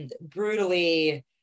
brutally